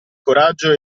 coraggio